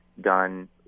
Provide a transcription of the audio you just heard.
done